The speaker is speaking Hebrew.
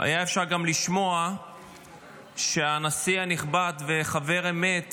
אפשר היה גם לשמוע שהנשיא הנכבד וחבר האמת